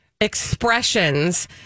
expressions